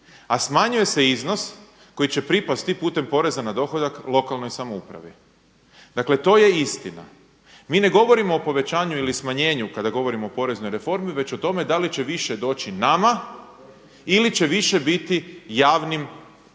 a smanjuje se iznos koji će pripasti putem poreza na dohodak lokalnoj samoupravi. Dakle, to je istina. Mi ne govorimo o povećanju ili smanjenju kada govorimo o poreznoj reformi, već o tome da li će više doći nama ili će više biti javnim servisima.